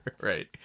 Right